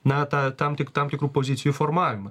na tą tam tik tam tikrų pozicijų formavimą